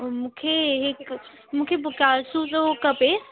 मूंखे हिकु मूंखे पिकासो जो खपे